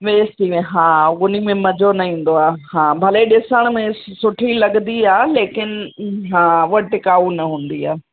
waste थी वे हा हुन में मज़ो न ईंदो आहे हा भले ॾिसण में सुठी लॻंदी आहे लेकिनि हा उहा टिकाऊ न हूंदी आहे